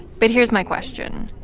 but here's my question.